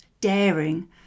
daring